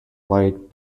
light